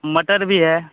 मटर भी है